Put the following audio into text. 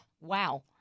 Wow